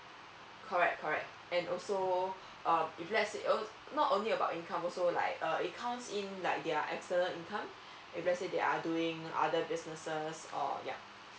correct correct and also uh if let's say uh not only about income also like uh it counts in like their external income if let's say they are doing other businesses or yeah